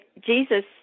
Jesus